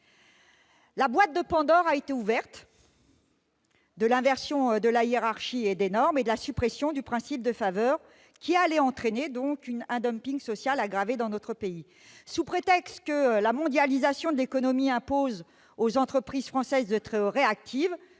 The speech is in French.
La boîte de Pandore a été ouverte, permettant l'inversion de la hiérarchie et des normes et la suppression du principe de faveur, entraînant un social aggravé dans notre pays. Sous prétexte que la mondialisation de l'économie impose aux entreprises françaises d'être réactives,